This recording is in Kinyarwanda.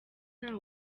nta